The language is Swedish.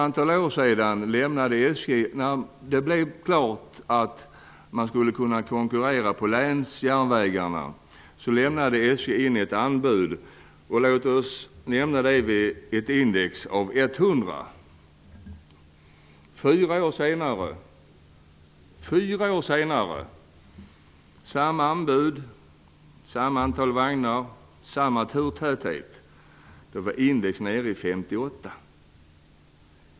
När det stod klart att man skulle kunna konkurrera på länsjärnvägarna lämnade SJ in ett anbud som låg på vad vi kan kalla index 100. Fyra år senare lämnade SJ in samma anbud -- samma antal vagnar, samma turtäthet -- och priset var då nere i index 58.